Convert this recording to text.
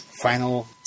final